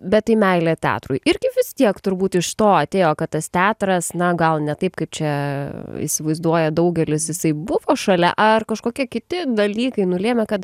bet tai meilė teatrui irgi vis tiek turbūt iš to atėjo kad tas teatras na gal ne taip kaip čia įsivaizduoja daugelis jisai buvo šalia ar kažkokie kiti dalykai nulėmė kad